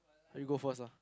you go first lah